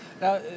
Now